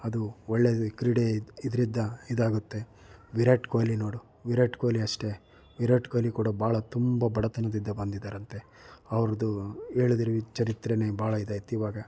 ಅದು ಒಳ್ಳೆದು ಈ ಕ್ರೀಡೆ ಇದರಿಂದ ಇದಾಗುತ್ತೆ ವಿರಾಟ್ ಕೊಹ್ಲಿ ನೋಡು ವಿರಾಟ್ ಕೊಹ್ಲಿ ಅಷ್ಟೇ ವಿರಾಟ್ ಕೊಹ್ಲಿ ಕೂಡ ಬಹಳ ತುಂಬ ಬಡತನದಿಂದ ಬಂದಿದ್ದಾರಂತೆ ಅವ್ರದ್ದು ಹೇಳಿದರೆ ಚರಿತ್ರೆನೇ ಬಹಳ ಇದಾಯ್ತಿವಾಗ